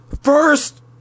first